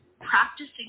practicing